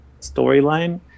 storyline